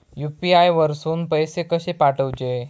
UPI वरसून पैसे कसे पाठवचे?